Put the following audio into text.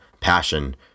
passion